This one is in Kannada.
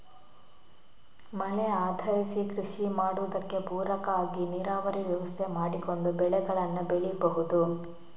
ಮಳೆ ಆಧರಿಸಿ ಕೃಷಿ ಮಾಡುದಕ್ಕೆ ಪೂರಕ ಆಗಿ ನೀರಾವರಿ ವ್ಯವಸ್ಥೆ ಮಾಡಿಕೊಂಡು ಬೆಳೆಗಳನ್ನ ಬೆಳೀಬಹುದು